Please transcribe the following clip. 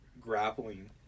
grappling